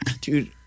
Dude